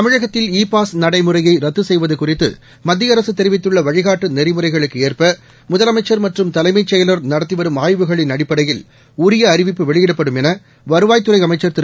தமிழகத்தில் e pass நடைமுறைய ரத்து செய்வது குறித்து மத்திய அரசு தெரிவித்துள்ள வழிகாட்டு நெறிமுறைகளுக்கு ஏற்ப முதலமைச்சர் மற்றும் தலைமைச் செயலாளர் நடத்தி வரும் ஆய்வுகளின் அடிப்படையில் உரிய அறிவிப்பு வெளியிடப்படும் என வருவாய்த்துறை அமைச்சர் திரு